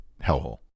hellhole